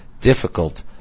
difficult